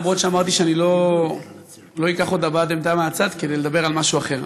אף שאמרתי שאני לא אקח עוד הבעת עמדה מהצד כדי לדבר על משהו אחר.